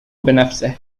بنفسه